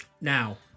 Now